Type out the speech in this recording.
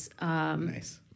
Nice